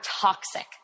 toxic